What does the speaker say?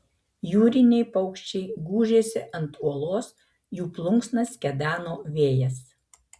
jūriniai paukščiai gūžėsi ant uolos jų plunksnas kedeno vėjas